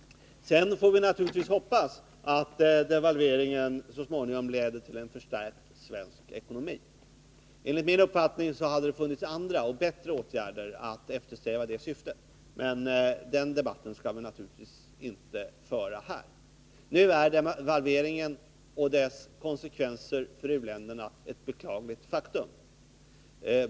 Vi får naturligtvis hoppas att devalveringen så småningom leder till en förstärkt svensk ekonomi. Enligt min uppfattning hade det funnits andra och bättre åtgärder att vidta för att åstadkomma det. Men den debatten skall vi naturligtvis inte föra här. Nu är devalveringen och dess konsekvenser för u-länderna ett beklagligt faktum.